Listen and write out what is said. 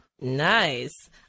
Nice